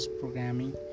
programming